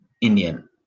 Indian